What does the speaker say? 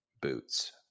boots